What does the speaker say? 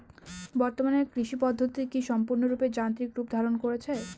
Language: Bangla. বর্তমানে কৃষি পদ্ধতি কি সম্পূর্ণরূপে যান্ত্রিক রূপ ধারণ করেছে?